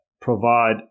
provide